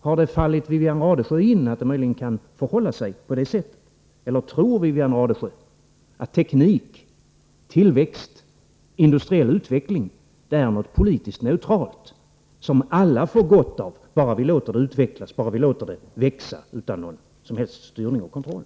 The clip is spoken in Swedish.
Har det fallit Wivi-Anne Radesjö in att det möjligen kan förhålla sig på detta sätt, eller tror Wivi-Anne Radesjö att teknik, tillväxt och industriell utveckling är något politiskt sett neutralt som alla får gott av, bara vi låter det utvecklas, bara vi låter det växa utan någon som helst styrning och kontroll?